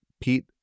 Pete